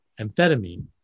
amphetamine